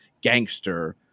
gangster